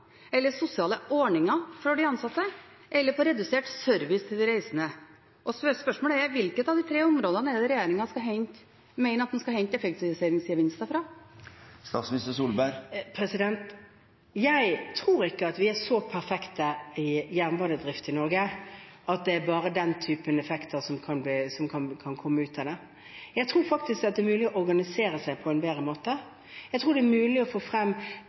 ansatte, eller på redusert service til de reisende. Og spørsmålet er: Hvilket av de tre områdene mener regjeringen at en skal hente effektiviseringsgevinster fra? Jeg tror ikke at vi er så perfekte innen jernbanedrift i Norge at det bare er den typen effekter som kan komme ut av det. Jeg tror faktisk at det er mulig å organisere seg på en bedre måte. Jeg tror det er mulig å få frem